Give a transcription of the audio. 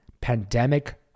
Pandemic